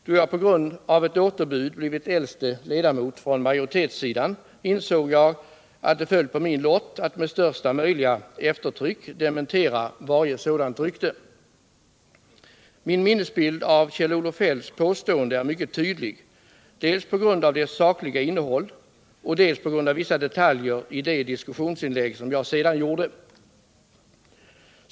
Då jag på grund av ett återbud blivit äldste ledmot från majoritetssidan insåg jag att det föll på min lott att med största möjliga eftertryck dementera varje sådant rykte. Min minnesbild av Kjell-Olof Feldts påstående är mycket tydlig, dels på grund av dess sakliga innehåll, dels på grund av vissa detaljer i det diskussionsinlägg som jag sedan gjorde.